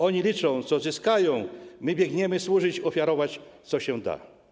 Oni liczą, co zyskają, my biegniemy służyć, ofiarować, co się da.